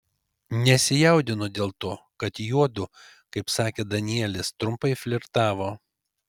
nesijaudinu dėl to kad juodu kaip sakė danielis trumpai flirtavo